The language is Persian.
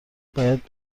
باید